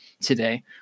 today